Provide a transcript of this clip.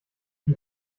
die